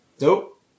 Nope